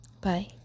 bye